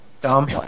Dumb